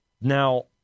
Now